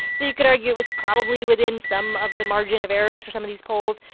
so you could argue it was probably within some of the margin of errors for some of these polls.